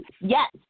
Yes